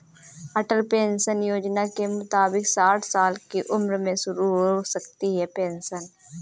अटल pension योजना के मुताबिक साठ साल की उम्र में शुरू हो सकती है पेंशन